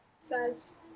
says